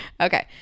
Okay